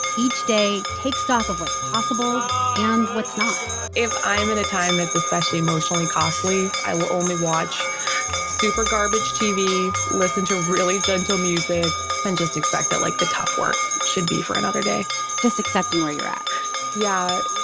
each day, take stock of what's possible and what's not if i'm in a time that's especially emotionally costly, i will only watch super-garbage tv, listen to really gentle music and just expect that, like, the tough work should be for another day just accepting where you're at yeah.